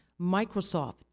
Microsoft